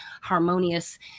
harmonious